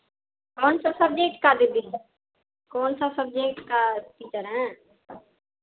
कौन सा सब्जेक्ट का दीदी हैं कौन सा सब्जेक्ट का टीचर हैं